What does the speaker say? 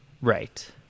Right